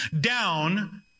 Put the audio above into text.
down